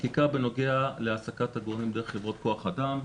חקיקה בנוגע להעסקת עגורנים דרך חברות כוח אדם.